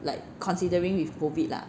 like considering with COVID lah